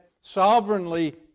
sovereignly